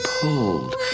pulled